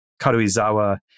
Karuizawa